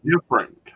different